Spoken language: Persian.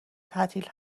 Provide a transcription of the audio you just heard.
تعطیل